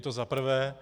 To za prvé.